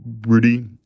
Rudy